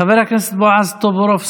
חבר הכנסת בועז טופורובסקי.